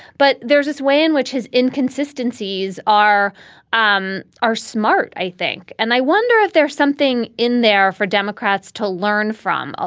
but there's this way in which his inconsistencies are um are smart, i think. and i wonder if there's something in there for democrats to learn from, ah